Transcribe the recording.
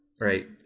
Right